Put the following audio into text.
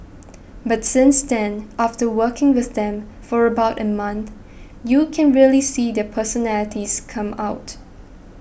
but since then after working with them for about a month you can really see their personalities come out